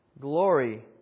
Glory